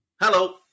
Hello